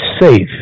safe